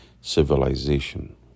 civilization